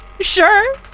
Sure